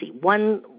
one